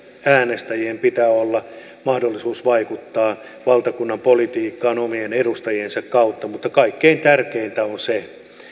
äänestäjillä pitää olla mahdollisuus vaikuttaa valtakunnan politiikkaan omien edustajiensa kautta mutta kaikkein tärkeintä on se